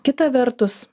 kita vertus